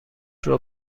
ربع